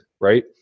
right